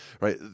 right